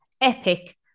epic